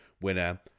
winner